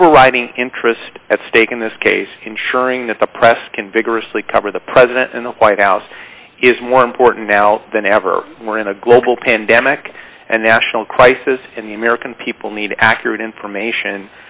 overriding interest at stake in this case ensuring that the press can vigorously cover the president and the white house is one porton now than ever more in a global pandemic a national crisis and the american people need accurate information